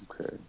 okay